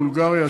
בולגריה,